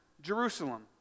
Jerusalem